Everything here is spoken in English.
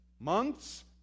months